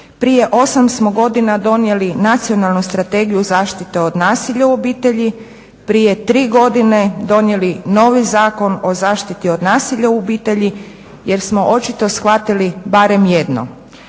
prije osam smo godina donijeli Nacionalnu strategiju zaštite od nasilja u obitelji, prije tri godine donijeli novi Zakon o zaštiti od nasilja u obitelji jer smo očito shvatili barem jedno